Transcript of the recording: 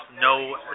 no